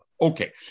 Okay